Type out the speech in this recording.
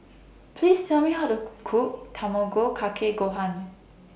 Please Tell Me How to Cook Tamago Kake Gohan